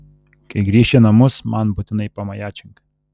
kai grįši į namus man būtinai pamajačink